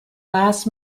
last